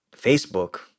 Facebook